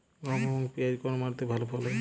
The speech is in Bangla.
গম এবং পিয়াজ কোন মাটি তে ভালো ফলে?